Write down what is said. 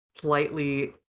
slightly